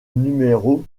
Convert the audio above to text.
numéro